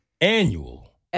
annual